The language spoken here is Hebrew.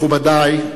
מכובדי,